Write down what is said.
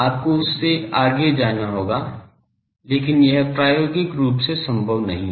आपको उससे आगे जाना होगा लेकिन यह प्रायोगिक रूप से संभव नहीं है